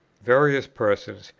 various persons,